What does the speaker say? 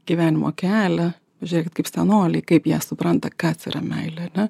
gyvenimo kelią žengt kaip senoliai kaip jie supranta kas yra meilė ar ne